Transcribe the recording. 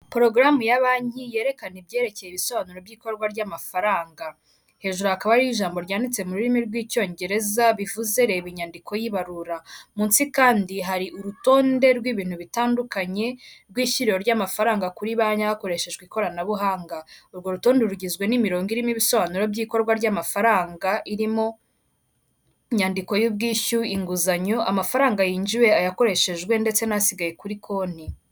Porogaramu ya banki yerekana ibyerekeye ibisobanuro by'ikorwa ry'amafaranga, hejuru hakakaba hari ijambo ryanditse mu rurimi rw'icyongereza bivuze reba inyandiko y'ibarura, munsi kandi hari urutonde rw'ibintu bitandukanye rw'ishyiriro ry'amafaranga kuri banki hakoreshejwe ikoranabuhanga. Urwo rutonde rugizwe n'imirongo irimo ibisobanuro by'ikorwa ry'amafaranga irimo inyandiko y'ubwishyu, inguzanyo, amafaranga yinjiwe, ayakoreshejwe ndetse n'asigaye kuri konti.